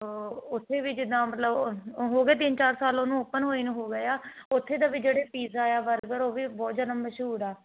ਉੱਥੇ ਵੀ ਜਿੱਦਾਂ ਮਤਲਬ ਹੋ ਗਏ ਤਿੰਨ ਚਾਰ ਸਾਲ ਉਹਨੂੰ ਓਪਨ ਹੋਏ ਨੂੰ ਹੋ ਗਏ ਆ ਉੱਥੇ ਦਾ ਵੀ ਜਿਹੜੇ ਪੀਜ਼ਾ ਜਾਂ ਬਰਗਰ ਉਹ ਵੀ ਬਹੁਤ ਜ਼ਿਆਦਾ ਮਸ਼ਹੂਰ ਆ